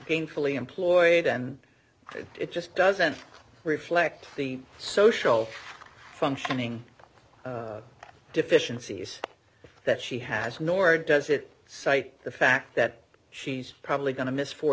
gainfully employed and it just doesn't reflect the social functioning deficiencies that she has nor does it cite the fact that she's probably going to miss four